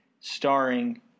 starring